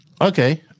Okay